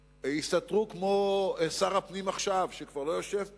הסתתרו, כמו שר הפנים עכשיו, שכבר לא יושב פה,